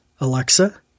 Alexa